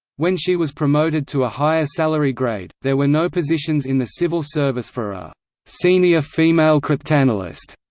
when she was promoted to a higher salary grade, there were no positions in the civil service for a senior female cryptanalyst,